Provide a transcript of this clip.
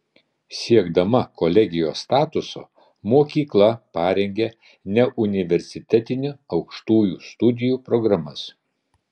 siekdama kolegijos statuso mokykla parengė neuniversitetinių aukštųjų studijų programas